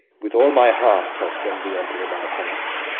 with all my heart i'll send the emperor my hand.